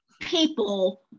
people